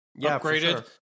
upgraded